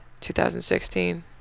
2016